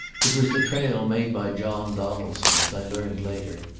it was the trail made by john donaldson, as i learned later.